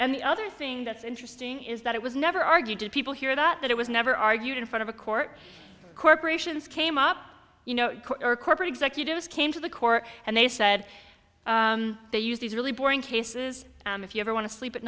and the other thing that's interesting is that it was never argued to people here that it was never argued in front of a court corporations came up you know or corporate executives came to the court and they said they use these really boring cases if you ever want to sleep at